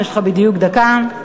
יש לך בדיוק דקה.